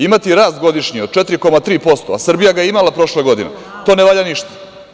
Imati rast godišnje od 4,3%, a Srbija ga je imala prošle godine, to ne valja ništa.